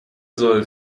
soll